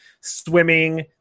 swimming